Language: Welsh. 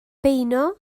beuno